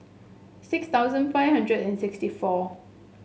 six thousand five hundred and sixty four